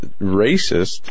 racist